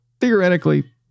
theoretically